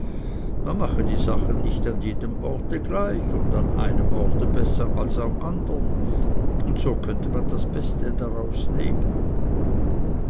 man mache die sachen nicht an jedem orte gleich und an einem orte besser als am andern und so könne man das beste daraus nehmen